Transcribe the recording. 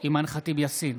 אימאן ח'טיב יאסין,